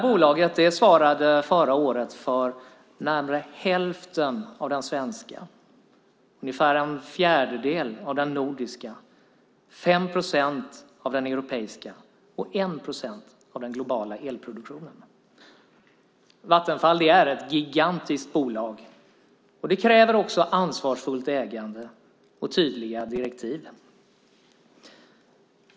Bolaget svarade förra året för närmare hälften av den svenska, ungefär en fjärdedel av den nordiska, 5 procent av den europeiska och 1 procent av den globala elproduktionen. Vattenfall är ett gigantiskt bolag. Det kräver ansvarsfullt ägande och tydliga direktiv.